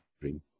Dream